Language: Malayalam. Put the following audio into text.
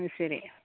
മ് ശരി